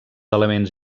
elements